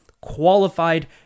qualified